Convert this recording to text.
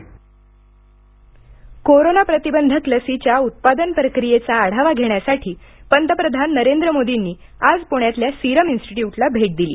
मोदी पणे दौरा कोरोना प्रतिबंधक लसीच्या उत्पादन प्रक्रियेचा आढावा घेण्यासाठी पंतप्रधान नरेंद्र मोर्दीनी आज पुण्यातल्या सिरम इन्स्टीट्यूटला भेट दिली